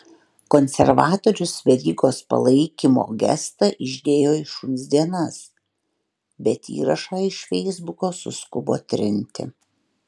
konservatorius verygos palaikymo gestą išdėjo į šuns dienas bet įrašą iš feisbuko suskubo trinti